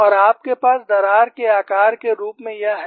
और आपके पास दरार के आकार के रूप में यह है